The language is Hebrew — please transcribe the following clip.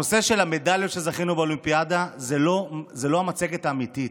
הנושא של המדליות שזכינו באולימפיאדה זו לא המצגת האמיתית.